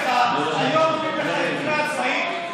היום אומרים לך ארגוני עצמאים: